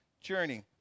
journey